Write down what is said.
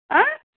आं